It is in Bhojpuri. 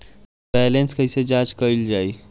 बैलेंस कइसे जांच कइल जाइ?